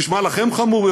נשמע לכם חמור?